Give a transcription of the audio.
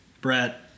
Brett